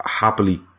happily